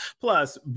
plus